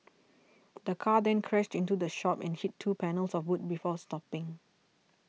the car then crashed into the shop and hit two panels of wood before stopping